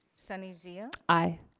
sunny zia? aye.